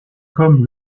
comme